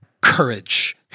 courage